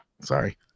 Sorry